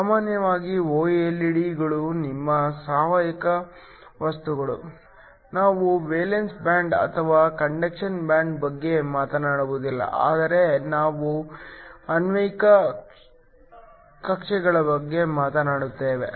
ಸಾಮಾನ್ಯವಾಗಿ ಒಎಲ್ಇಡಿ ಗಳು ನಿಮ್ಮ ಸಾವಯವ ವಸ್ತುಗಳು ನಾವು ವೇಲೆನ್ಸಿ ಬ್ಯಾಂಡ್ ಅಥವಾ ಕಂಡಕ್ಷನ್ ಬ್ಯಾಂಡ್ ಬಗ್ಗೆ ಮಾತನಾಡುವುದಿಲ್ಲ ಆದರೆ ನಾವು ಆಣ್ವಿಕ ಕಕ್ಷೆಗಳ ಬಗ್ಗೆ ಮಾತನಾಡುತ್ತೇವೆ